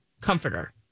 comforter